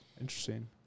Interesting